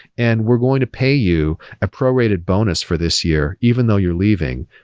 and we're going to pay you a prorated bonus for this year even though you're leaving,